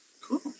Cool